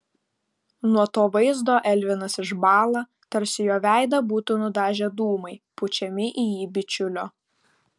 nuo to vaizdo elvinas išbąla tarsi jo veidą būtų nudažę dūmai pučiami į jį bičiulio